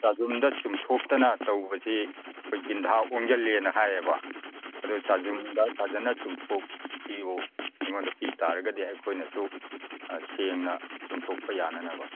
ꯆꯥꯖꯨꯝꯗ ꯆꯨꯝꯊꯣꯛꯇꯅ ꯇꯧꯕꯁꯤ ꯑꯩꯈꯣꯏ ꯕꯤꯟꯙꯥ ꯑꯣꯟꯒꯜꯂꯤꯅ ꯍꯥꯏꯌꯦꯕ ꯑꯗꯨ ꯆꯥꯖꯨꯝꯗ ꯐꯖꯅ ꯆꯨꯝꯊꯣꯛꯄꯤꯎ ꯑꯩꯉꯣꯟꯗ ꯄꯤ ꯇꯥꯔꯒꯗꯤ ꯑꯩꯈꯣꯏꯅꯁꯨ ꯁꯦꯡꯅ ꯆꯨꯝꯊꯣꯛꯄ ꯌꯥꯅꯅꯕ